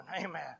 amen